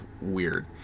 weird